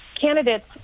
candidates